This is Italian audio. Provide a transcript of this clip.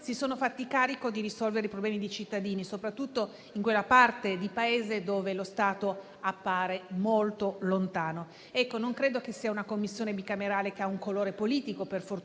si è fatta carico di risolvere i problemi di cittadini, soprattutto in quella parte del Paese dove lo Stato appare molto lontano. Non credo che questa Commissione bicamerale abbia un colore politico - per fortuna